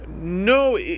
No